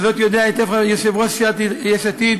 וזאת יודע היטב יושב-ראש סיעת יש עתיד